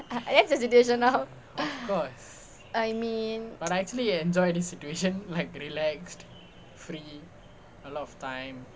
that's the situation now I mean